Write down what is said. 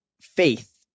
Faith